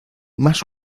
más